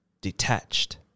detached